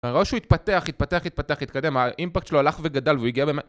הראש הוא התפתח, התפתח, התפתח, התקדם, האימפקט שלו הלך וגדל והוא הגיע באמת